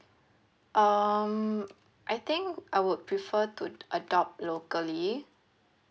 um I think I would prefer to adopt locally